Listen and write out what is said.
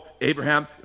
Abraham